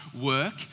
work